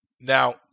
Now